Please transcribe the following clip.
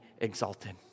exalted